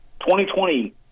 2020